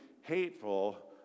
Hateful